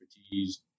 expertise